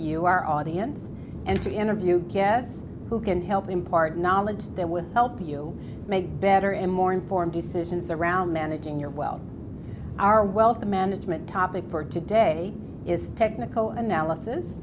you our audience and to interview guests who can help impart knowledge that will help you make better and more informed decisions around managing your well our wealth management topic for today is technical analysis